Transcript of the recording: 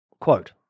quote